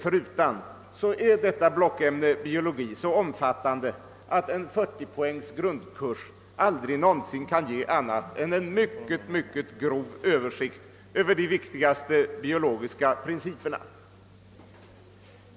förutan är emellertid blockämnet biologi så omfattande, att en 40-poängs grundkurs aldrig någonsin kan ge annat än en synnerligen grov översikt över de viktigaste biologiska principerna.